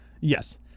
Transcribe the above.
Yes